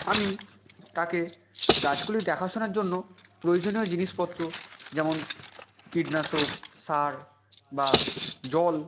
আমি তাকে গাছগুলি দেখা শোনার জন্য প্রয়োজনীয় জিনিসপত্র যেমন কীটনাশক সার বা জল